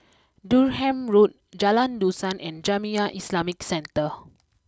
Durham Road Jalan Dusan and Jamiyah Islamic Centre